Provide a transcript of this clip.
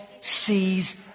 sees